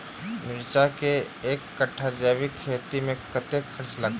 मिर्चा केँ एक कट्ठा जैविक खेती मे कतेक खर्च लागत?